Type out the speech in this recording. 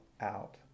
out